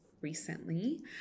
recently